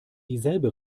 dieselbe